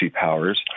powers